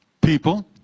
People